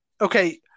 okay